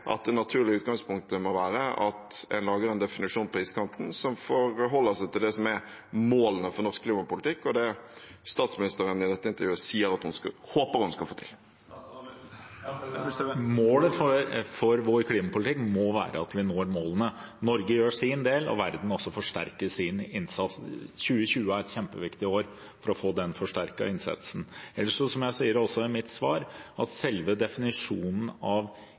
at det naturlige utgangspunktet må være at en lager en definisjon av iskanten som forholder seg til det som er målene for norsk klimapolitikk, og det statsministeren i dette intervjuet sier at hun håper hun skal få til? Målet for vår klimapolitikk må være at vi når målene. Norge gjør sin del, og verden må også forsterke sin innsats. 2020 er et kjempeviktig år for å få den forsterkede innsatsen. Ellers sier jeg også i mitt svar at selve definisjonen av